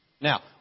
Now